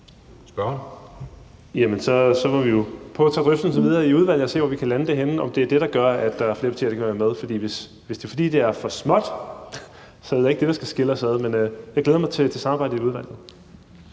Lindgreen (RV): Så må vi jo prøve at tage drøftelsen videre i udvalget og se, hvor vi kan lande det henne, og se, om det er det, der gør, at der er flere partier, der kan være med. For hvis det er, fordi det er for småt, er det da ikke det, der skal skille os ad. Men jeg glæder mig til samarbejdet i udvalget.